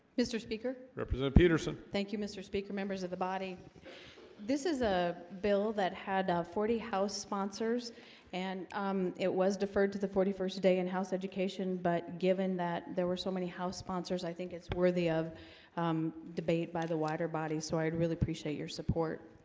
mr. speaker represent peterson thank you mr. speaker members of the body this is a bill that had ah forty house sponsors and it was deferred to the forty first day in house education, but given that there were so many house sponsors. i think it's worthy of debate by the wider body, so i'd really appreciate your support